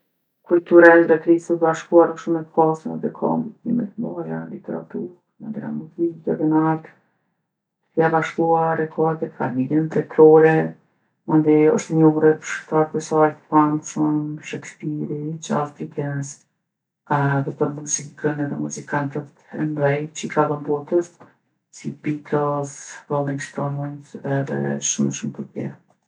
Kultura e Mbretërisë së Bashkuar osht shumë e pasun dhe ka ndikime t'mdhaja n'literaturë, mandena n'muzikë edhe n'art. Mbretëria e Bashkuar e ka edhe familjen mbretrore, mandej osht e njohur edhe për shkrimtartë e saj t'famshëm Shekspiri, Çarlls Dikens edhe për muzikën edhe muzikantët e mdhej që i ka dhënë botës, si Bitëlls, Rolling Stons edhe shumë e shumë të tjerë.